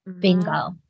Bingo